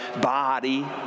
body